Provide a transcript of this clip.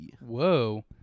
Whoa